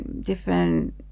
different